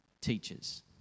teachers